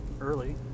early